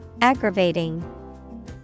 Aggravating